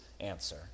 answer